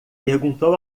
perguntou